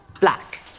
Black